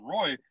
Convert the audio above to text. Roy